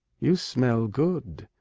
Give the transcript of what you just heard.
you smell good,